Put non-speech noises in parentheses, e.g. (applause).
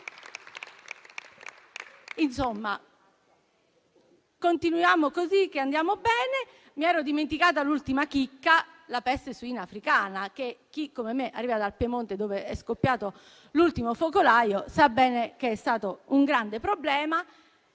Bravi! Continuiamo così, che andiamo bene. (applause) Mi ero dimenticata l'ultima chicca: la peste suina africana. Chi come me arriva dal Piemonte, dov'è scoppiato l'ultimo focolaio, sa bene che è stato un grande problema.